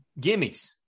gimmies